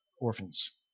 orphans